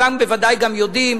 וגם כולם בוודאי גם יודעים,